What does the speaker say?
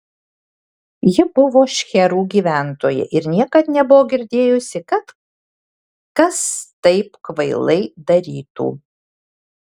ji buvo šcherų gyventoja ir niekad nebuvo girdėjusi kad kas taip kvailai darytų